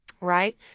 right